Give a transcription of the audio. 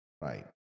Right